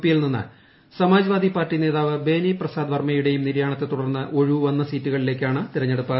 P യിൽ Samajwadi party നേതാവ് ബേനി പ്രസാദ് വർമ്മയുടെയും നിര്യാണത്തെ തുടർന്ന് ഒഴിവു വന്ന സീറ്റുകളിലേക്കാണ് തെരഞ്ഞെടുപ്പ്